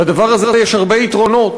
לדבר הזה יש הרבה יתרונות,